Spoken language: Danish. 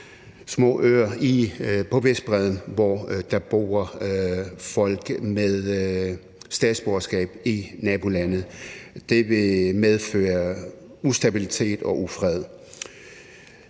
små øer på Vestbredden, hvor der bor folk med statsborgerskab i nabolandet. Det vil medføre ustabilitet og ufred.